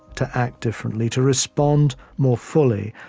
to act differently, to respond more fully,